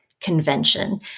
convention